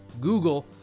Google